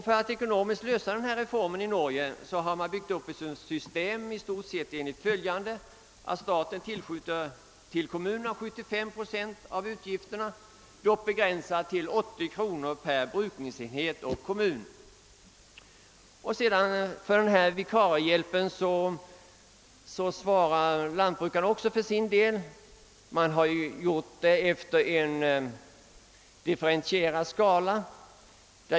För att ekonomiskt kunna genomföra denna reform har man i Norge byggt upp ett system i stort sett enligt följande. Staten tillskjuter till kommunerna 75 procent av utgifterna, dock med en begränsning till 80 kronor per brukningsenhet i kommunen. För vikariehjälpen tillskjuter jordbrukaren själv vissa belopp efter en differentierad skala.